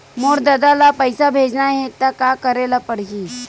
मोर ददा ल पईसा भेजना हे त का करे ल पड़हि?